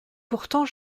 pourtant